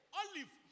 olive